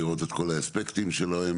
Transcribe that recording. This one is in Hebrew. לראות את כל האספקטים שלהם,